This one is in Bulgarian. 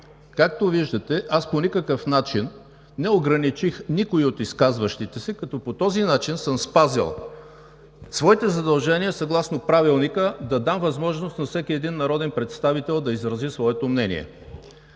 Както виждате, по никакъв начин не ограничих никой от изказващите се, като по този начин съм спазил своите задължения съгласно Правилника да дам възможност на всеки един народен представител да изрази своето мнение.